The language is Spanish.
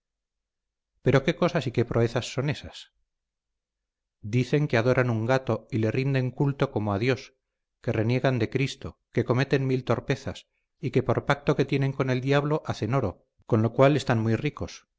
pero qué cosas y qué proezas son esas dicen que adoran un gato y le rinden culto como a dios que reniegan de cristo que cometen mil torpezas y que por pacto que tienen con el diablo hacen oro con lo cual están muy ricos